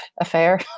affair